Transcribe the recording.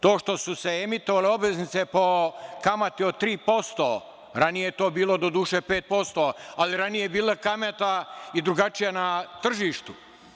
To što su se emitovale obveznice po kamati od tri posto, ranije je to bilo doduše pet posto, ali ranije je bila kamata i drugačija na tržištu.